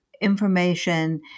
information